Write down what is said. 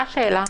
מה השאלה?